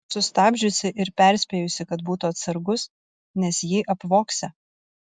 sustabdžiusi ir perspėjusi kad būtų atsargus nes jį apvogsią